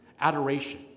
adoration